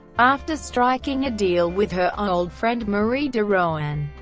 after striking a deal with her old friend marie de rohan,